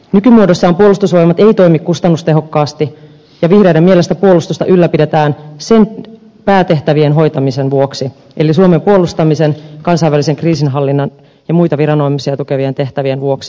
nykymuodossaan puolustusvoimat ei toimi kustannustehokkaasti ja vihreiden mielestä puolustusta ylläpidetään sen päätehtävien hoitamisen vuoksi eli suomen puolustamisen kansainvälisen kriisinhallinnan ja muita viranomaisia tukevien tehtävien vuoksi